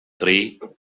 three